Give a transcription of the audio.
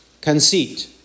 conceit